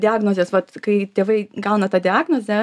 diagnozes vat kai tėvai gauna tą diagnozę